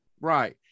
right